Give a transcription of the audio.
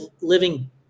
living